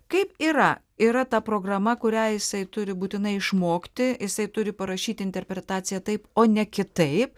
kaip yra yra ta programa kurią jisai turi būtinai išmokti isai turi parašyti interpretaciją taip o ne kitaip